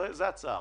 זה הצער.